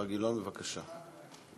גילאון, בבקשה.